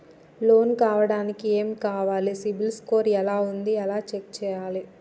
Loan కావడానికి ఏమి కావాలి సిబిల్ స్కోర్ ఎలా ఉంది ఎలా చెక్ చేయాలి?